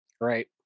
Right